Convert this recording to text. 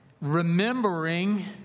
remembering